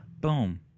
Boom